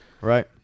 Right